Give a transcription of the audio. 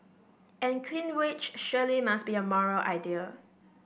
and clean wage surely must be a moral idea